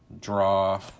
draw